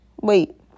wait